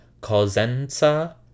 Cosenza